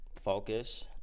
focus